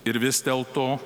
ir vis dėlto